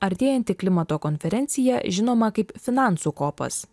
artėjanti klimato konferencija žinoma kaip finansų kopas